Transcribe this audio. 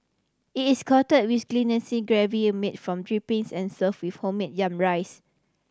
it is coated with glistening gravy a made from drippings and serve with homemade yam rice